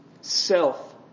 self